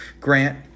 Grant